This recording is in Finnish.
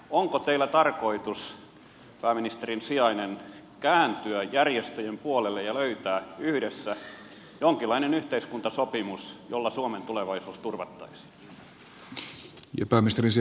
onko teillä tarkoitus pääministerin sijainen kääntyä järjestöjen puoleen ja löytää yhdessä jonkinlainen yhteiskuntasopimus jolla suomen tulevaisuus turvattaisiin